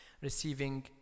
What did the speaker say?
receiving